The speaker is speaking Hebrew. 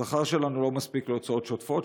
השכר שלנו לא מספיק להוצאות שוטפות,